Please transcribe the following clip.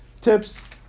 tips